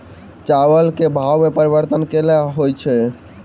चावल केँ भाव मे परिवर्तन केल होइ छै?